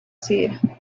seed